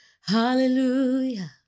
Hallelujah